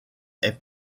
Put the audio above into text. est